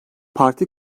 parti